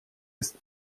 ist